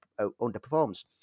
underperforms